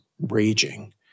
raging